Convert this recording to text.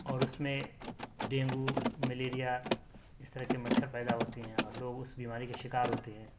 اور اس میں ڈینگو ملیریا اس طرح کے مچھر پیدا ہوتے ہیں اور لوگ اس بیماری کے شکار ہوتے ہیں